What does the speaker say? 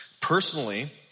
Personally